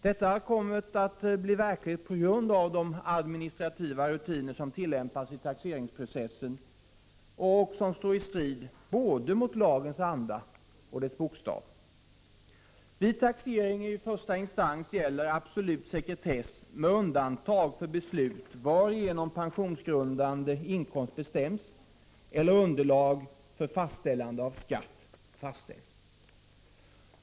Detta har kommit att bli verklighet. dr cd on og på grund av de administrativa rutiner som tillämpas i taxeringsprocessen och som står i strid både mot lagens anda och mot dess bokstav. Vid taxering i första instans gäller absolut sekretess med undantag för beslut varigenom pensionsgrundande inkomst bestäms eller underlag för bestämmande av skatt fastställs.